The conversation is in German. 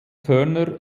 turner